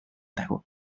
dago